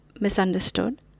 misunderstood